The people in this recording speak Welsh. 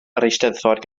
eisteddfod